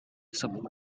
something